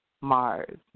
Mars